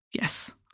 Yes